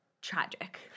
tragic